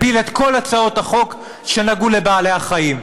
הפיל את כל הצעות החוק שנגעו לבעלי-החיים,